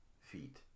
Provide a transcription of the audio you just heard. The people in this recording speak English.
feet